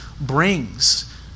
brings